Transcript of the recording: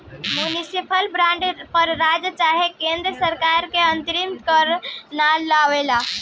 municipal bond पर राज्य चाहे केन्द्र सरकार अतिरिक्त कर ना लगावेला